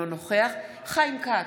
חיים כץ,